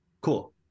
Cool